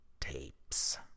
Tapes